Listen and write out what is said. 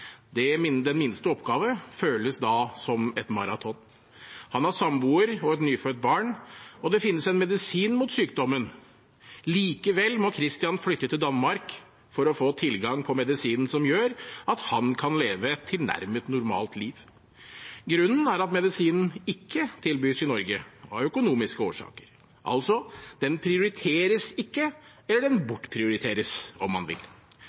Den minste oppgave føles som et maraton. Han har samboer og et nyfødt barn. Det finnes en medisin mot sykdommen, men likevel må Christian flytte til Danmark for å få tilgang til medisinen som gjør at han kan leve et tilnærmet normalt liv. Grunnen er at medisinen ikke tilbys i Norge, av økonomiske årsaker. Altså, den prioriteres ikke, eller den bortprioriteres, om man vil.